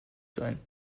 sein